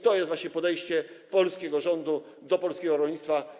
To jest właśnie podejście polskiego rządu do polskiego rolnictwa.